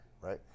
right